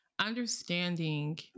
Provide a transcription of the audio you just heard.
understanding